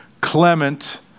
Clement